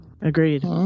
Agreed